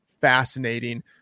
fascinating